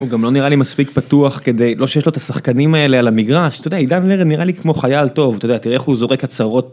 הוא גם לא נראה לי מספיק פתוח, כדי, לא שיש לו את השחקנים האלה על המגרש, אתה יודע, אידן ורד נראה לי כמו חייל טוב, אתה יודע, תראה איך הוא זורק הצהרות.